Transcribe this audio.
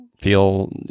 feel